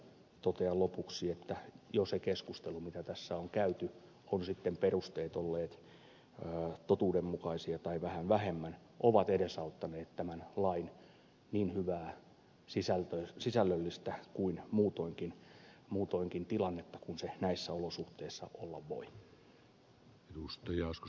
totean lopuksi että jo se keskustelu mitä tässä on käyty ovat sitten perusteet olleet totuudenmukaisia tai vähän vähemmän on edesauttanut tämän lain niin hyvää sisällöllistä kuin muutoinkin tilannetta kuin se näissä olosuhteissa olla voi